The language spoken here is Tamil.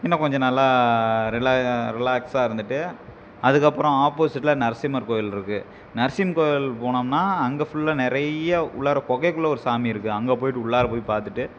இன்னும் கொஞ்சம் நல்லா ரில ரிலாக்ஸாக இருந்துவிட்டு அதுக்கப்புறம் ஆப்போசிட்டில் நரசிம்மர் கோயில் இருக்குது நரசிம்ம கோயில் போனோம்னால் அங்கே ஃபுல்லாக நிறைய உள்ளார குகைக்குள்ள ஒரு சாமி இருக்குது அங்கே போய்விட்டு உள்ளார போய் பார்த்துட்டு